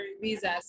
visas